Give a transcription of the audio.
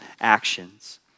actions